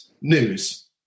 News